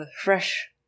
fresh